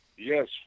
Yes